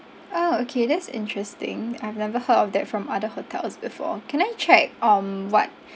orh okay that's interesting I've never heard of that from other hotels before can I check um what